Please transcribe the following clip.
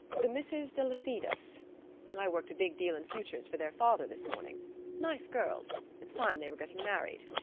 the misses delasidas i worked a big deal in futures for their father this morning nice girls it's time they were getting married.